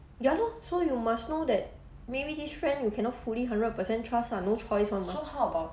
ya lor so you must know that maybe this friend you cannot fully hundred percent trust ah no choice [one] [what]